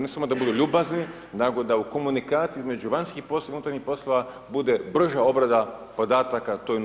Ne samo da budu ljubazni nego da u komunikaciji između vanjskih poslova i unutarnjih poslova bude brža obrada podataka, a to je nužno.